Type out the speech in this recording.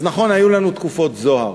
אז נכון, היו לנו תקופות זוהר.